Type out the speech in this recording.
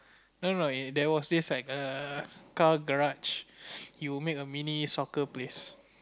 no no there was this like car garage he would make a mini soccer place